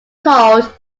called